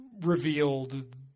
revealed